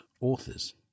authors